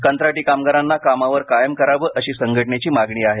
कंत्राटी कामगारांना कामावर कायम करावे अशी संघटनेची मागणी आहे